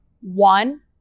one